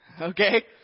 Okay